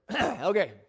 Okay